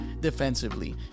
defensively